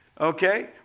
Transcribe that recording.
Okay